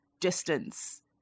distance